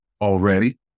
already